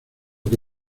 que